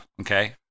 okay